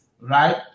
right